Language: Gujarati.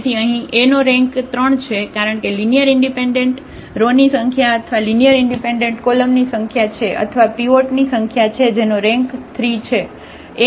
તેથી અહીં A નો રેન્ક 3 છે કારણ કે લિનિયર ઇન્ડિપેન્ડન્ટ રો ની સંખ્યા અથવા લિનિયર ઇન્ડિપેન્ડન્ટ કોલમની સંખ્યા છે અથવા પીવોટ ની સંખ્યા છે જેનો રેન્ક 3 છે